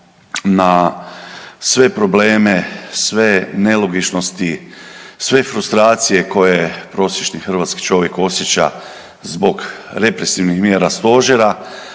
na sve probleme, sve nelogičnosti, sve frustracije koje prosječni hrvatski čovjek osjeća zbog represivnih mjera stožera,